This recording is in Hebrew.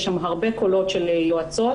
יש שם הרבה קולות של יועצות